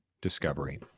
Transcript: discovery